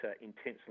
intensely